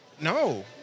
No